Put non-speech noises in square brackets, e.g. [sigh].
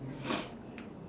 [noise]